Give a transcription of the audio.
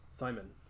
Simon